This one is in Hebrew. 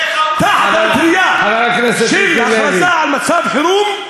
תחת מטרייה של הכרזה על מצב חירום,